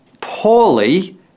poorly